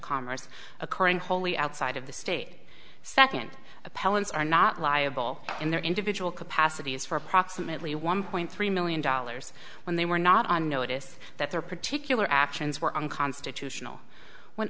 commerce occurring wholly outside of the state second appellants are not liable in their individual capacities for approximately one point three million dollars when they were not on notice that their particular actions were unconstitutional when